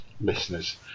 listeners